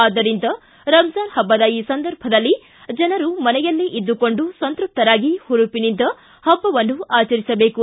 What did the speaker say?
ಆದ್ದರಿಂದ ರಮಜಾನ್ ಹಬ್ಬದ ಈ ಸಂದರ್ಭದಲ್ಲಿ ಜನರು ಮನೆಯಲ್ಲೇ ಇದ್ದುಕೊಂಡು ಸಂತ್ಯಪ್ತರಾಗಿ ಹುರುಪಿನಿಂದ ಹಬ್ಬವನ್ನು ಆಚರಿಸಬೇಕು